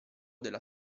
della